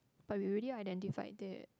but we already identified that